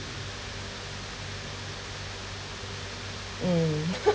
mm